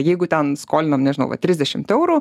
jeigu ten skolinam nežinau va trisdešimt eurų